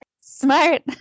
Smart